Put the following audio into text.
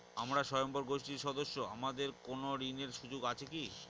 আমরা স্বয়ম্ভর গোষ্ঠীর সদস্য আমাদের কোন ঋণের সুযোগ আছে কি?